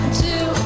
two